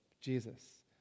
Jesus